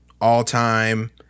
all-time